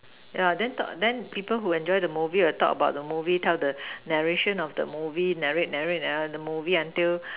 yeah then talk then people who enjoy the movie will talk about the movie tell the narration of the movie narrate narrate ah the movie until